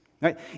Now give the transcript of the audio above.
Right